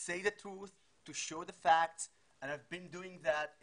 אנחנו יודעים שבעצם זה חוק קצת סמנטי ואנחנו יודעים שבמיוחד